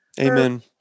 amen